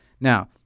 Now